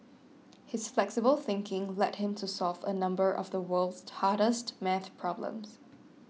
his flexible thinking led him to solve a number of the world's hardest maths problems